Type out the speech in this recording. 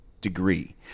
degree